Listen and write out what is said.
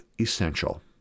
essential